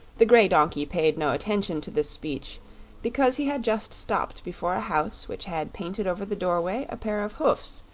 the grey donkey paid no attention to this speech because he had just stopped before a house which had painted over the doorway a pair of hoofs,